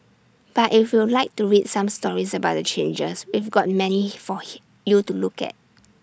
but if you'd like to read some stories about the changes we've got many he for he you to look at